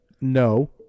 No